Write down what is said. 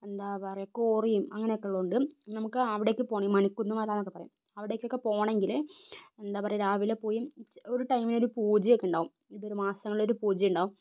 എന്താ പറയുക ക്വാറിയും അങ്ങനെയൊക്കെയുള്ളത് കൊണ്ട് നമുക്ക് അവിടെയൊക്കെ പോണ് മണിക്കുന്ന് മല എന്നു പറയും അവിടെയൊക്കെ പോണെങ്കില് എന്താ പറയുക രാവിലെ പോയി ഒരു ടൈമില് ഒരു പൂജയൊക്കെയുണ്ടാവും മാസങ്ങളിൽ ഒരു പൂജ ഉണ്ടാവും